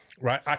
Right